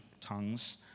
tongues